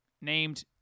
named